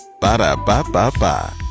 Ba-da-ba-ba-ba